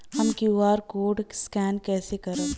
हम QR code scan कइसे करब?